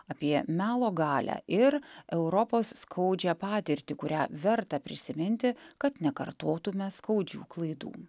apie melo galią ir europos skaudžią patirtį kurią verta prisiminti kad nekartotume skaudžių klaidų